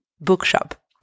bookshop